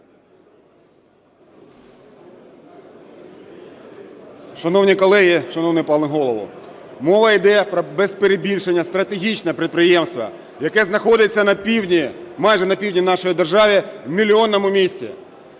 Шановні колеги, шановний пане Голово! Мова іде про без перебільшення стратегічного підприємства, яке знаходиться на півдні, майже на півдні нашої держави, в мільйонному місті.